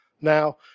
Now